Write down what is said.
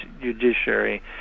judiciary